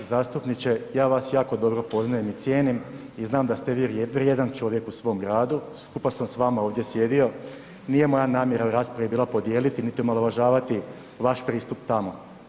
Poštovani zastupniče, ja vas jako dobro poznajem i cijenim i znam da ste vi vrijedan čovjek u svom gradu, skupa sam s vama ovdje sjedio, nije moja namjera u raspravi bila podijeliti, niti omalovažavati vaš pristup tamo.